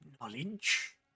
knowledge